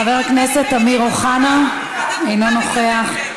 חבר הכנסת אמיר אוחנה, אינו נוכח.